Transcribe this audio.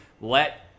Let